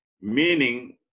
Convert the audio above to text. meaning